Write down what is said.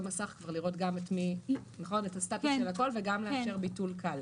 מסך לראות את הסטטוס של הכול וגם לאפשר ביטול קל.